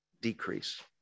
decrease